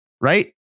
right